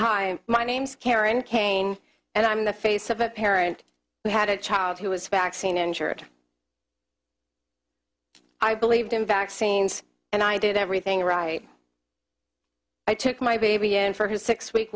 hi my name's karen kane and i'm the face of a parent who had a child who was vaccine injured i believed in vaccines and i did everything right i took my baby in for his six week